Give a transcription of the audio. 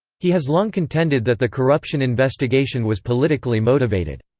he has long contended that the corruption investigation was politically motivated.